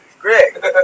Greg